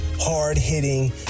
hard-hitting